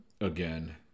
Again